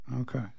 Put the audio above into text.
Okay